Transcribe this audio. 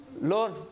Lord